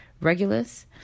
Regulus